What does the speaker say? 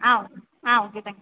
ah ah okay thank you